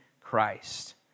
Christ